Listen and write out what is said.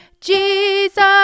Jesus